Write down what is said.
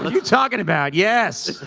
you talking about? yes!